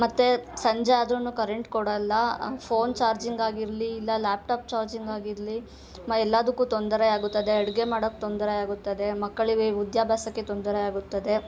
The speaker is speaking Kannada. ಮತ್ತು ಸಂಜೆ ಆದ್ರೂ ಕರೆಂಟ್ ಕೊಡೋಲ್ಲ ಫೋನ್ ಚಾರ್ಜಿಂಗ್ ಆಗಿರಲಿ ಇಲ್ಲ ಲ್ಯಾಪ್ಟಾಪ್ ಚಾರ್ಜಿಂಗ್ ಆಗಿರಲಿ ಮ ಎಲ್ಲದಕ್ಕೂ ತೊಂದರೆಯಾಗುತ್ತದೆ ಅಡುಗೆ ಮಾಡೋಕೆ ತೊಂದರೆಯಾಗುತ್ತದೆ ಮಕ್ಕಳಿಗೆ ವಿದ್ಯಾಭ್ಯಾಸಕ್ಕೆ ತೊಂದರೆಯಾಗುತ್ತದೆ